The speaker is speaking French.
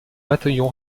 bataillon